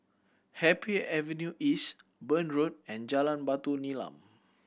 Happy Avenue East Burn Road and Jalan Batu Nilam